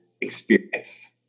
experience